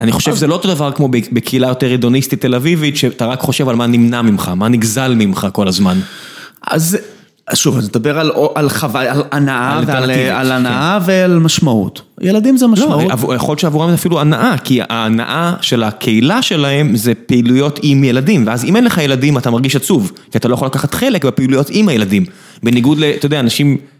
אני חושב שזה לא אותו דבר כמו בקהילה יותר הדוניסטית תל אביבית, שאתה רק חושב על מה נמנע ממך, מה נגזל ממך כל הזמן. אז שוב, אז נדבר על הנאה ועל משמעות. ילדים זה משמעות. לא, יכול להיות שעבורם זה אפילו הנאה, כי ההנאה של הקהילה שלהם, זה פעילויות עם ילדים. ואז אם אין לך ילדים אתה מרגיש עצוב, כי אתה לא יכול לקחת חלק בפעילויות עם הילדים. בניגוד, ל... אתה יודע, אנשים...